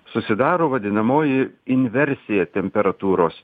susidaro vadinamoji inversija temperatūros